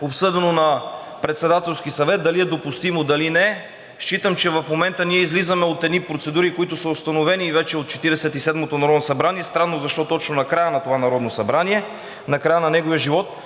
обсъдено на Председателски съвет дали е допустимо, дали не е. Считам, че в момента ние излизаме от едни процедури, които са установени вече от Четиридесет и седмото народно събрание, и странно защо точно накрая на това Народно събрание, накрая на неговия живот.